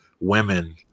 Women